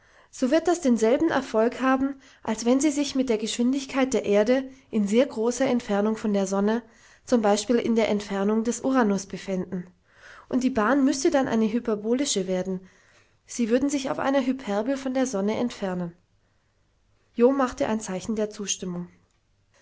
so wird das denselben erfolg haben als wenn sie sich mit der geschwindigkeit der erde in sehr großer entfernung von der sonne zum beispiel in der entfernung des uranus befänden und die bahn müßte dann eine hyperbolische werden sie würden sich auf einer hyperbel von der sonne entfernen jo machte ein zeichen der zustimmung